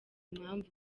impamvu